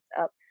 up